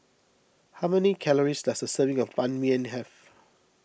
how many calories does a serving of Ban Mian have